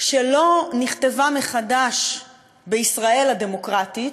שלא נכתבה מחדש בישראל הדמוקרטית,